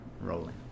rolling